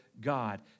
God